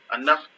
enough